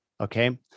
okay